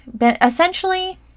essentially